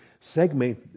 segment